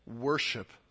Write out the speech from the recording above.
worship